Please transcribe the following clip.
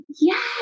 yes